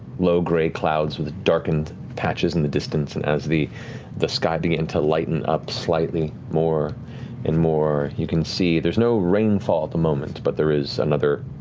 low gray clouds with darkened patches in the distance and, as the the sky began to lighten up slightly more and more, you can see there's no rainfall at the moment, but there is another